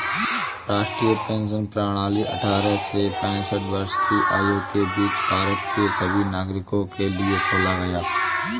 राष्ट्रीय पेंशन प्रणाली अट्ठारह से पेंसठ वर्ष की आयु के बीच भारत के सभी नागरिकों के लिए खोला गया